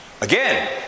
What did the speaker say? Again